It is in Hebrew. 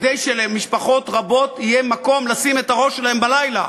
כדי שלמשפחות רבות יהיה מקום לשים את הראש בלילה,